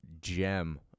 gem